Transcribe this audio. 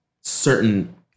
certain